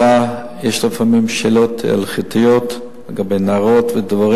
יש לפעמים שאלות הלכתיות לגבי נערות ודברים.